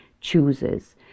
chooses